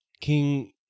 King